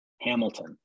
Hamilton